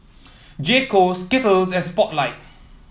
J Co Skittles and Spotlight